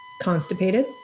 constipated